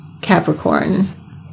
Capricorn